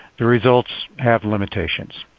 the results have limitations.